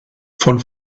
von